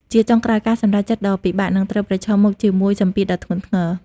ជាចុងក្រោយ ការសម្រេចចិត្តដ៏ពិបាក នឹងត្រូវប្រឈមមុខជាមួយសម្ពាធដ៏ធ្ងន់ធ្ងរ។